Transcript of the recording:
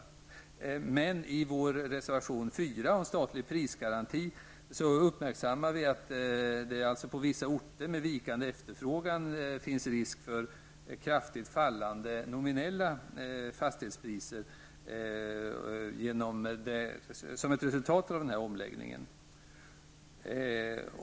I miljöpartiets reservation nr 4 om statlig prisgaranti uppmärksammar vi att det på vissa orter med vikande efterfrågan finns risk för kraftigt fallande nominella fastighetspriser som ett resultat av denna omläggning.